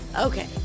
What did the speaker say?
Okay